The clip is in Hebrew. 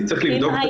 אני צריך לבדוק.